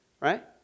right